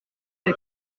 aix